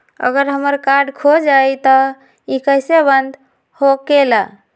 अगर हमर कार्ड खो जाई त इ कईसे बंद होकेला?